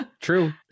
True